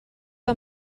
que